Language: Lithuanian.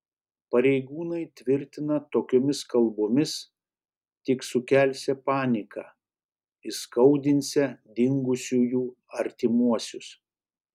pareigūnai tvirtina tokiomis kalbomis tik sukelsią paniką įskaudinsią dingusiųjų artimuosius